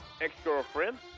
ex-girlfriend